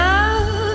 Love